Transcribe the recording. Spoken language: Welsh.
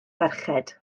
ferched